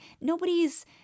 nobody's –